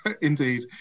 indeed